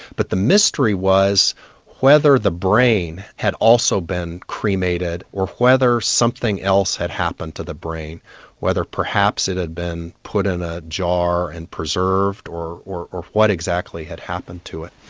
but the mystery was whether the brain had also been cremated or whether something else had happened to the brain whether perhaps it had been put in a jar and preserved or or what exactly had happened to it.